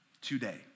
today